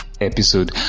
episode